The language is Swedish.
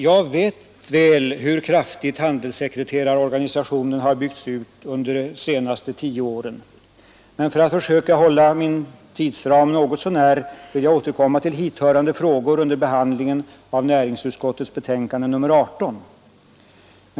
Jag vet väl hur kraftigt handelssekreterarorganisationen har byggts ut under de senaste tio åren. Men för att försöka hålla min tidsram vill jag återkomma till hithörande frågor under behandlingen av näringsutskottets betänkande nr 18.